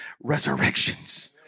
resurrections